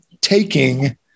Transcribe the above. taking